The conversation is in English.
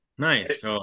Nice